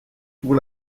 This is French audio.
pour